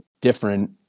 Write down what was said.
different